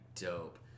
dope